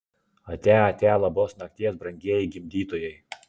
atia atia labos nakties brangieji gimdytojai